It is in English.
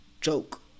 joke